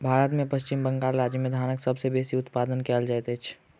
भारत में पश्चिम बंगाल राज्य में धानक सबसे बेसी उत्पादन कयल जाइत अछि